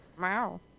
Wow